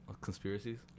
conspiracies